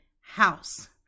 house